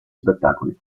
spettacoli